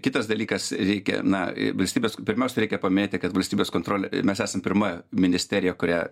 kitas dalykas reikia na valstybės pirmiausia reikia paminėti kad valstybės kontrolė mes esam pirma ministerija kurią